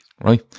right